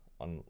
on